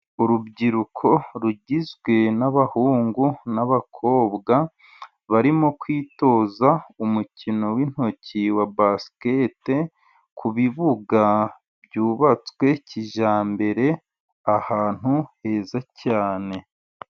Urubyiruko rugizwe n'abahungu n'abakobwa, barimo kwitoza umukino w'intoki wa basiketi, ku bibuga byubatswe kijyambere, ahantu heza cyane.